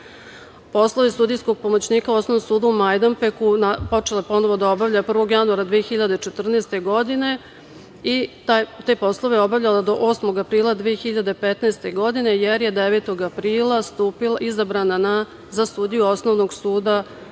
Poslove sudijskog pomoćnika u Osnovnom sudu u Majdanpeku počela je ponovo da obavlja 1. januara 2014. godine. Te poslove je obavljala do 8. aprila 2015. godine, jer je 9. aprila izabrana za sudiju Osnovnog suda